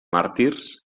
màrtirs